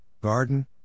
garden